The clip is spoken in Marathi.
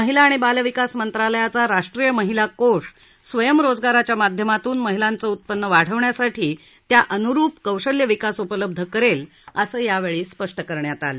महिला आणि बालविकास मंत्रालयाचा राष्ट्रीय महिला कोष स्वयंरोजगाराच्या माध्यमातून महिलांचं उत्पन्न वाढवण्यासाठी त्याअनुरुप कौशल्य विकास उपलब्ध करेल असं यावेळी स्पष्ट करण्यात आलं